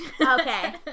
Okay